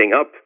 up